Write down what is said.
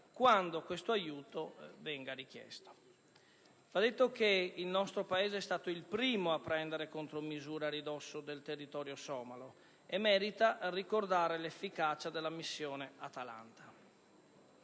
quando questo aiuto venga richiesto. Va detto che il nostro Paese è stato il primo a prendere contromisure a ridosso del territorio somalo e merita ricordare l'efficacia della missione Atalanta.